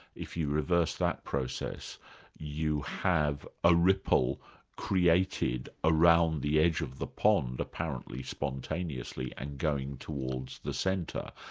if you reverse that process you have a ripple created around the edge of the pond, apparently spontaneously and going towards the centre,